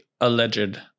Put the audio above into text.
alleged